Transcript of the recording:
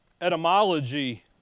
etymology